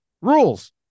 rules